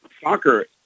soccer